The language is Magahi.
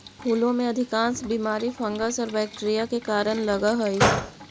फूलों में अधिकांश बीमारी फंगस और बैक्टीरिया के कारण लगअ हई